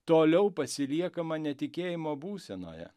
toliau pasiliekama netikėjimo būsenoje